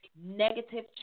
Negative